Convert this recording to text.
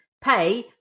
pay